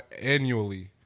annually